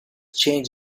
change